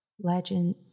Legend